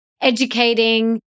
educating